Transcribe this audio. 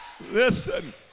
Listen